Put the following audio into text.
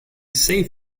save